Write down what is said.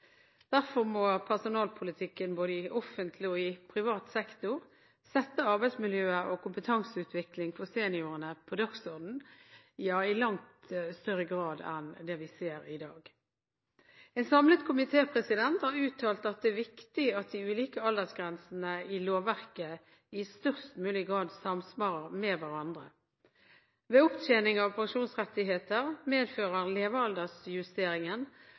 Derfor må personalpolitikken, både i offentlig og i privat sektor, sette arbeidsmiljøet og kompetanseutvikling for seniorene på dagsordenen i langt større grad enn det vi ser i dag. En samlet komité har uttalt at det er viktig at de ulike aldersgrensene i lovverket i størst mulig grad samsvarer med hverandre. Ved opptjening av pensjonsrettigheter medfører levealdersjusteringen